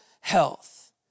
health